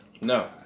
No